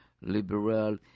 liberal